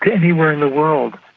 anywhere in the world.